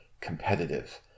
competitive